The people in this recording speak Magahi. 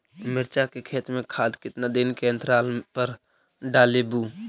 मिरचा के खेत मे खाद कितना दीन के अनतराल पर डालेबु?